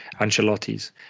Ancelotti's